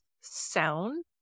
sound